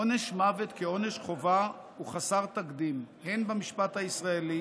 עונש מוות כעונש חובה הוא חסר תקדים הן במשפט הישראלי